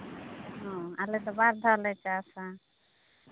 ᱚ ᱟᱞᱮ ᱫᱚ ᱵᱟᱨ ᱫᱷᱟᱣ ᱞᱮ ᱪᱟᱥᱼᱟ